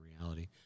reality